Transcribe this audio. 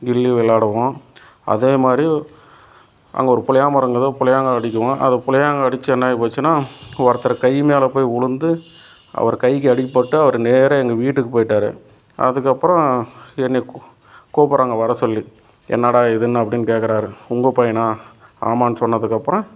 கிள்ளி விளாடுவோம் அதேமாதிரி அங்கே ஒரு புளியா மரம் இருக்குது புளியாங்காய் அடிக்குவோம் அது புளியாங்காய் அடித்து என்னாயிப்போச்சினா ஒருத்தர் கை மேலே போய் விழுந்து அவர் கைக்கு அடிப்பட்டு அவர் நேராக எங்கள் வீட்டுக்கு போயிட்டாரு அதுக்கப்புறம் என்னையை கூ கூப்பிட்றாங்க வர சொல்லி என்னாடா இதுன்னு அப்படின்னு கேட்குறாரு உங்கள் பையனா ஆமான்னு சொன்னதுக்கு அப்புறம்